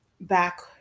back